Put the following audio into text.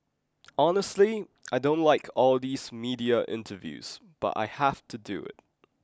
honestly I don't like all these media interviews but I have to do it